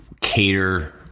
cater